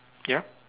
ya